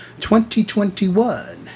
2021